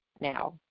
now